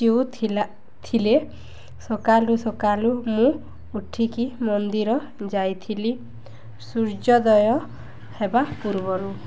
ଯିଉଥିଲା ଥିଲେ ସକାଲୁ ସକାଲୁ ମୁଁ ଉଠିକି ମନ୍ଦିର ଯାଇଥିଲି ସୂର୍ଯ୍ୟୋଦୟ ହେବା ପୂର୍ବରୁ